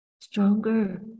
stronger